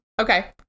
Okay